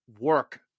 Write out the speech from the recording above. work